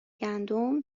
گندم